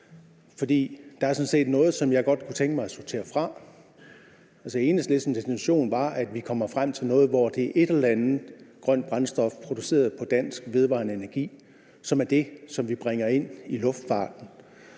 der er sådan set noget, jeg godt kunne tænke mig at sortere fra. Enhedslistens intention var, at vi kommer frem til noget, hvor det er et eller andet grønt brændstof produceret på dansk vedvarende energi, vi bringer ind i luftfarten.